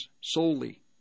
solely